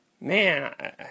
Man